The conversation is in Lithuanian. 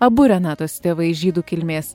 abu renatos tėvai žydų kilmės